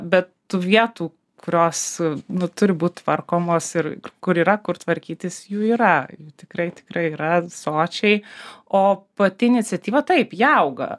bet tų vietų kurios nu turi būt tvarkomos ir kur yra kur tvarkytis jų yra tikrai tikrai yra sočiai o pati iniciatyva taip ji auga